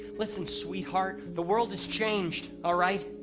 listen, sweetheart. the world has changed, alright?